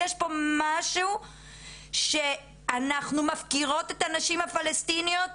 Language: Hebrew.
יש פה משהו שאנחנו מפקירות את הנשים הפלשתינאיות